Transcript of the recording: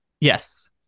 yes